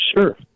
sure